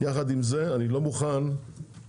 יחד עם זה אני לא מוכן שקונצרנים